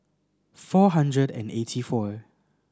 four hundred and eighty four